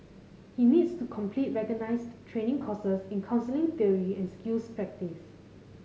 he needs to complete recognised training courses in counselling theory and skills practice